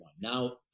Now